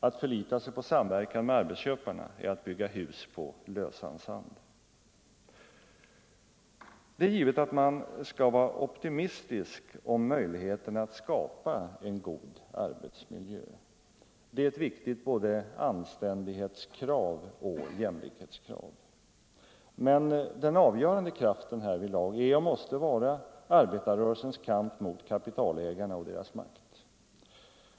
Att förlita sig på samverkan med arbetsköparna är att bygga hus på lösan sand. Det är givet att man skall vara optimistisk om möjligheten att skapa en god arbetsmiljö. Det är ett viktigt både anständighetsoch jämlik hetskrav. Men den avgörande kraften härvidlag är och måste vara arbetarrörelsens kamp mot kapitalägarna och deras makt.